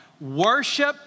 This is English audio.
Worship